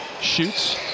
shoots